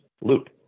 loop